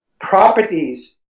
properties